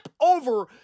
over